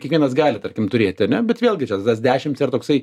kiekvienas gali tarkim turėti ane bet vėlgi čia tas dešimt ir toksai